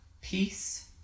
peace